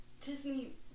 Disney